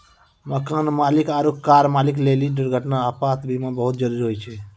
मकान मालिक आरु कार मालिक लेली दुर्घटना, आपात बीमा बहुते जरुरी होय छै